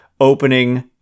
opening